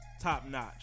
top-notch